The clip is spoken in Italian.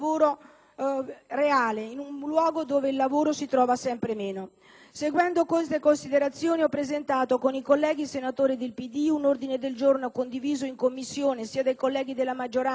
reale in un luogo dove di lavoro se ne trova sempre meno. Seguendo tali considerazioni ho presentato con i colleghi senatori del Partito Democratico un ordine del giorno, condiviso in Commissione sia dai colleghi della maggioranza